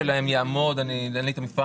אני חייב לומר גם מילה טובה על המשרד